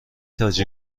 تاج